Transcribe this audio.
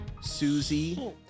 Susie